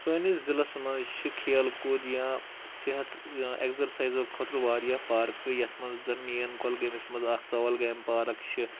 سٲنِس ضعلَس منٛز چھِ کھیل کوٗد یا صحت اٮ۪کزرسایزو خٲطرٕ واریاہ پرکہٕ یَتھ منٛز زَن مین کولگٲمِس منٛز اکھ توال گیم پارَک چھِ